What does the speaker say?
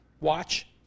watch